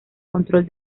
control